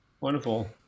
Wonderful